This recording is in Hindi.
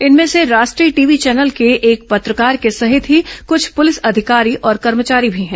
इनमें से राष्ट्रीय टीवी चैनल के एक पत्रकार के सहित ही कुछ पुलिस अधिकारी और कर्मचारी भी हैं